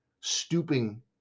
stooping